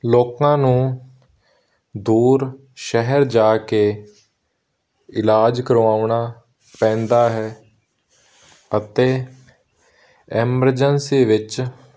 ਲੋਕਾਂ ਨੂੰ ਦੂਰ ਸ਼ਹਿਰ ਜਾ ਕੇ ਇਲਾਜ ਕਰਵਾਉਣਾ ਪੈਂਦਾ ਹੈ ਅਤੇ ਐਮਰਜੈਂਸੀ ਵਿੱਚ